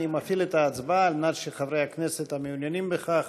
אני מפעיל את ההצבעה על מנת שחברי הכנסת המעוניינים בכך